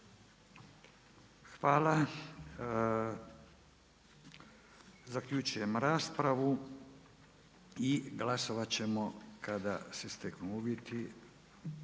vam. Zaključujem raspravu i glasovati ćemo kada se steknu uvjeti,